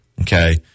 Okay